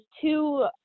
two